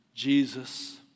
Jesus